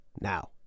Now